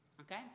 Okay